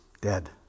dead